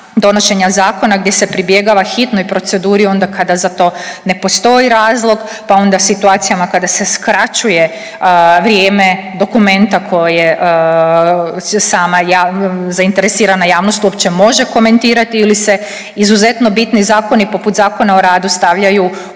donošenja zakona gdje se pribjegava hitnoj proceduri onda kada za to ne postoji razlog, pa onda situacijama kada se skraćuje vrijeme dokumenta koje sama javna, zainteresirana javnost uopće može komentirati ili se izuzetno bitni zakoni poput Zakon au radu stavljaju u sred